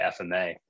FMA